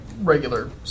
regular